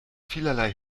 vielerlei